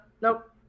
nope